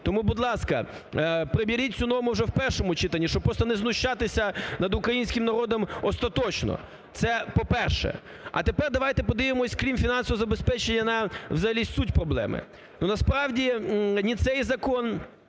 Тому, будь ласка, приберіть цю норму вже в першому читанні, щоб просто не знущатися над українським народом остаточно, це по-перше. А тепер давайте подивимося, крім фінансового забезпечення, на взагалі суть проблеми. Насправді ні цей закон,